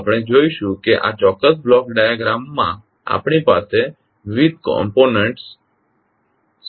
આપણે જોઈશું કે આ ચોક્કસ બ્લોક ડાયાગ્રામ માં આપણી પાસે વિવિધ ઘટકો શું છે